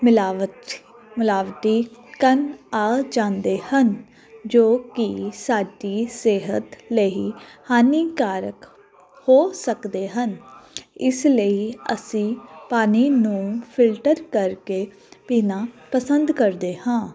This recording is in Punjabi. ਮਿਲਾਵਟ ਮਿਲਾਵਟੀ ਕਣ ਆ ਜਾਂਦੇ ਹਨ ਜੋ ਕਿ ਸਾਡੀ ਸਿਹਤ ਲਈ ਹਾਨੀਕਾਰਕ ਹੋ ਸਕਦੇ ਹਨ ਇਸ ਲਈ ਅਸੀਂ ਪਾਣੀ ਨੂੰ ਫਿਲਟਰ ਕਰਕੇ ਪੀਣਾ ਪਸੰਦ ਕਰਦੇ ਹਾਂ